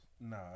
No